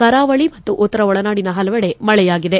ಕರಾವಳಿ ಮತ್ತು ಉತ್ತರ ಒಳನಾಡಿನ ಪಲವೆಡೆ ಮಳೆಯಾಗಿದೆ